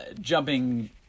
jumping